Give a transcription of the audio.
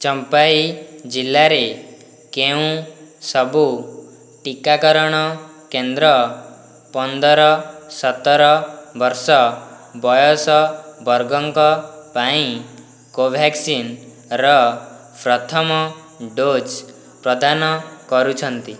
ଚମ୍ଫାଇ ଜିଲ୍ଲାରେ କେଉଁ ସବୁ ଟିକାକରଣ କେନ୍ଦ୍ର ପନ୍ଦର ସତର ବର୍ଷ ବୟସ ବର୍ଗଙ୍କ ପାଇଁ କୋଭ୍ୟାକ୍ସିନ୍ ର ପ୍ରଥମ ଡୋଜ୍ ପ୍ରଦାନ କରୁଛନ୍ତି